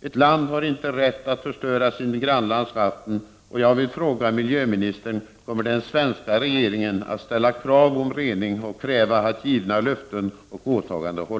Ett land har inte rätt att förstöra sitt grannlands vatten. Jag vill också fråga miljöministern: Kommer den svenska regeringen att ställa krav på rening och på att givna löften och åtaganden hålls?